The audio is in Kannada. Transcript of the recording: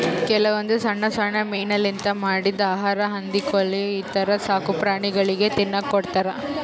ಕೆಲವೊಂದ್ ಸಣ್ಣ್ ಸಣ್ಣ್ ಮೀನಾಲಿಂತ್ ಮಾಡಿದ್ದ್ ಆಹಾರಾ ಹಂದಿ ಕೋಳಿ ಈಥರ ಸಾಕುಪ್ರಾಣಿಗಳಿಗ್ ತಿನ್ನಕ್ಕ್ ಕೊಡ್ತಾರಾ